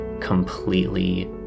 completely